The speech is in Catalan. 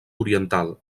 oriental